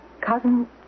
Cousin